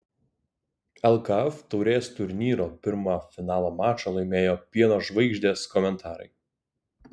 lkf taurės turnyro pirmą finalo mačą laimėjo pieno žvaigždės komentarai